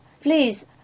Please